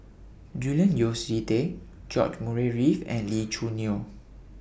Julian Yeo See Teck George Murray Reith and Lee Choo Neo